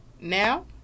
Now